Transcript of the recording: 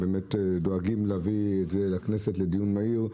שדואגים להביא את זה לדיון מהיר בכנסת.